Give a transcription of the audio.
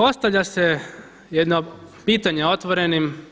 Ostavlja se jedno pitanje otvorenim.